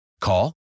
Call